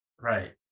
Right